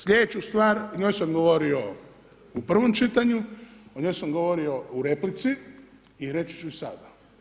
Sljedeću stvar, o njoj sam govorio u prvom čitanju, o njoj sam govorio u replici i reći ću i sada.